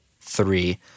three